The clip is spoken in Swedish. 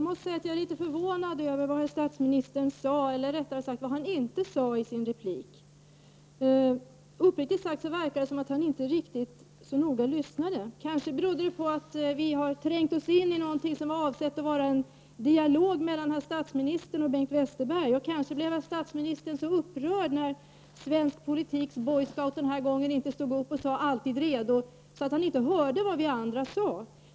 Herr talman! Jag är litet förvånad över vad herr statsministern sade, eller rättare sagt vad han inte sade i sitt inlägg. Uppriktigt sagt verkar det som om han inte lyssnade så noga. Kanske berodde det på att vi har trängt oss in i något som var avsett att vara en dialog mellan herr statsministern och Bengt Westerberg. Kanske blev herr statsministern så upprörd när svensk politiks boyscout den här gången inte stod upp och sade ”alltid redo” att statsministern inte hörde vad vi andra sade.